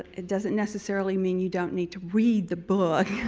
it doesn't necessarily mean you don't need to read the book